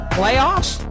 playoffs